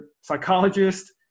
psychologist